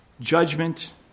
judgment